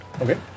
Okay